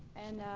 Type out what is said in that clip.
and,